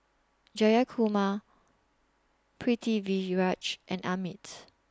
Jayakumar Pritiviraj and Amit